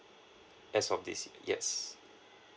as of this yes